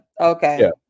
okay